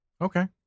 okay